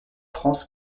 france